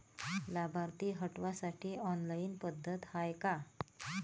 लाभार्थी हटवासाठी ऑनलाईन पद्धत हाय का?